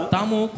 Tamu